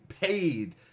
paid